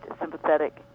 sympathetic